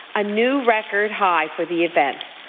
a new record high for the event.